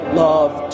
love